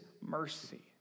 mercy